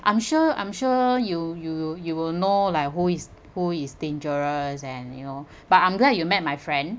I'm sure I'm sure you you you will know like who is who is dangerous and you know but I'm glad you met my friend